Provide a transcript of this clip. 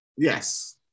Yes